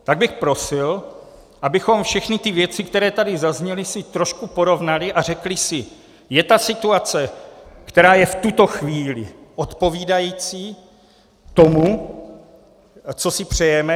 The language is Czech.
Tak bych prosil, abychom všechny ty věci, které tady zazněly, si trošku porovnali a řekli si: je ta situace, která je v tuto chvíli, odpovídající tomu, co si přejeme?